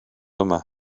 yma